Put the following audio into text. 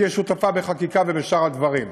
ותהיה שותפה בחקיקה ובשאר הדברים.